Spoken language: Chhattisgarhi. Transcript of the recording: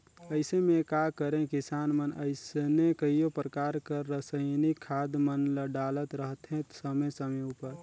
अइसे में का करें किसान मन अइसने कइयो परकार कर रसइनिक खाद मन ल डालत रहथें समे समे उपर